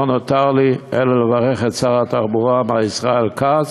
לא נותר לי אלא לברך את שר התחבורה מר ישראל כץ.